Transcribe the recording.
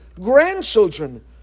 grandchildren